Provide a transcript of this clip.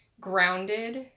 grounded